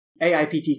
AIPT